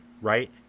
right